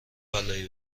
بلایی